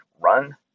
run